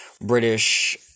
British